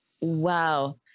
wow